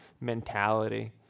mentality